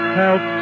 help